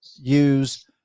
use